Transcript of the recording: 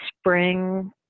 spring